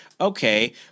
okay